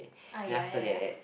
uh ya ya ya